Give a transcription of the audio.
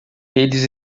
eles